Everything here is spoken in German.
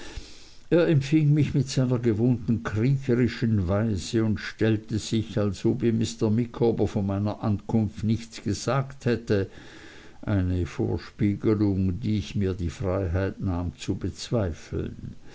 er empfing mich mit seiner gewohnten kriecherischen weise und stellte sich als ob ihm mr micawber von meiner ankunft nichts gesagt hätte eine vorspiegelung die ich mir die freiheit nahm zu bezweifeln